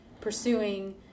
pursuing